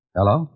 Hello